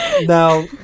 Now